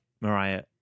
Mariah